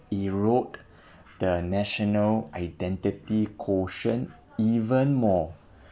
erode the national identity quotient even more